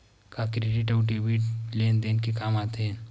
का क्रेडिट अउ डेबिट लेन देन के काम आथे?